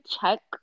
check